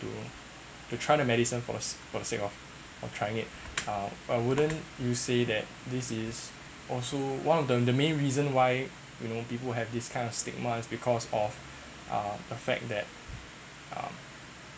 you know to try to medicine for for the sake of of trying it uh I wouldn't you say that this is also one of the the main reason why you know people have this kind of stigma is because of uh the fact that um